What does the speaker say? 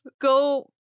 go